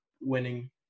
winning